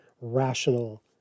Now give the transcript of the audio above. rational